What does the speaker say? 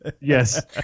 yes